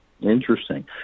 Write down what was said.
Interesting